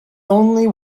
only